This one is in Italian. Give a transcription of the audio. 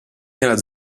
nella